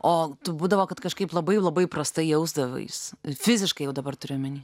o tu būdavo kad kažkaip labai labai prastai jausdavais fiziškai va dabar turiu omeny